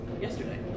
yesterday